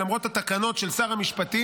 ולמרות התקנות של שר המשפטים,